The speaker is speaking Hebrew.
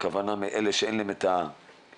הכוונה מאלה שאין להם את האפשרויות,